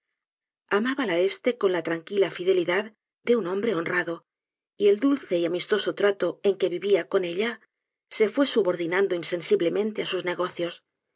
esposa amábala este con la tranquila fidelidad de un hombre honrado y el dulce y amistoso trato en que vivía con ella se fue subordinando insensiblemente á sus negocios